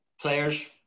players